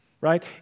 right